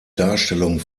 darstellung